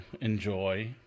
enjoy